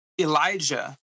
Elijah